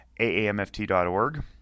AAMFT.org